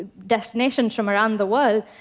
destinations from around the world.